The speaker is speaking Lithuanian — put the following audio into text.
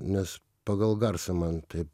nes pagal garsą man tai